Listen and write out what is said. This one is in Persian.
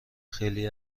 خیلی